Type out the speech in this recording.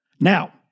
Now